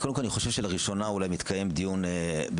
קודם כל אני חושב שלראשונה אולי מתקיים דיון באמת